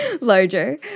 larger